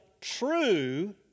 true